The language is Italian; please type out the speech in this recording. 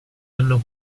hanno